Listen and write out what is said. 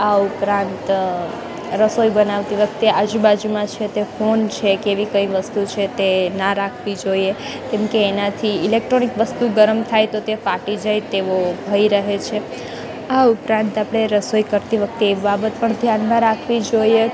આ ઉપરાંત રસોઈ બનાવતી વખતે આજુબાજુમાં છે તે ફોન છે કે એવી કઈ વસ્તુ છે તે ના રાખવી જોઈએ કેમકે એનાથી ઇલેટ્રોનિક વસ્તુ ગરમ થાય તો તે ફાટી જાય તેવો ભય રહે છે આ ઉપરાંત આપણે રસોઈ કરતી વખતે એ બાબત પણ ધ્યાનમાં રાખવી જોઈએ